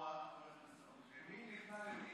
של חבר הכנסת אחמד טיבי,